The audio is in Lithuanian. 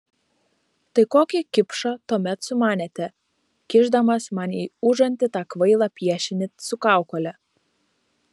tai kokį kipšą tuomet sumanėte kišdamas man į užantį tą kvailą piešinį su kaukole